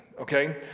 Okay